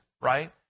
right